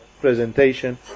presentation